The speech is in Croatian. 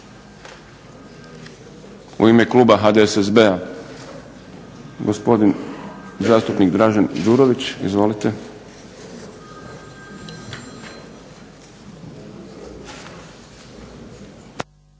U ime Kluba HDSSB-a gospodin zastupnik Dražen Đurović. Izvolite.